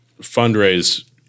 fundraise